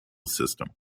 system